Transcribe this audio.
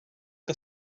que